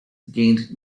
gained